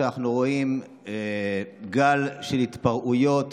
כשאנו רואים גל של התפרעויות